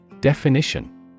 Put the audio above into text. Definition